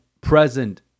present